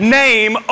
name